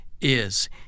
Is